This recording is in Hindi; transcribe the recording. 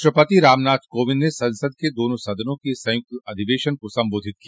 राष्ट्रपति रामनाथ कोविंद ने संसद के दोनों सदनों के संयुक्त अधिवेशन को संबोधित किया